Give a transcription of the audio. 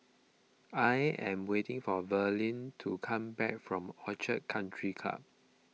I am waiting for Verlin to come back from Orchid Country Club